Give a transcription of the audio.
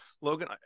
logan